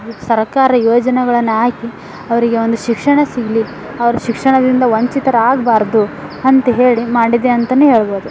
ಸರಕಾರ ಯೋಜನೆಗಳನ್ನು ಹಾಕಿ ಅವರಿಗೆ ಒಂದು ಶಿಕ್ಷಣ ಸಿಗಲಿ ಅವ್ರು ಶಿಕ್ಷಣದಿಂದ ವಂಚಿತರಾಗಬಾರ್ದು ಅಂತ ಹೇಳಿ ಮಾಡಿದೆ ಅಂತನೇ ಹೇಳ್ಬೋದು